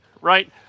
right